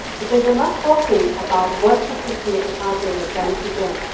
but they were not talking about what the system of apartheid had done to them.